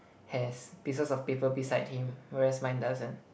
has pieces of paper beside him whereas mine doesn't